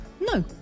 No